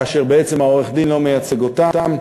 כאשר בעצם העורך-דין לא מייצג אותם.